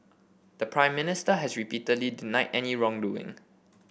the Prime Minister has repeatedly denied any wrongdoing